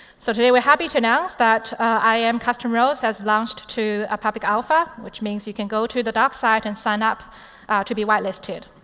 so today we're happy to announce that iam custom roles has launched to a public alpha, which means you can go to the doc site and sign up to be whitelisted.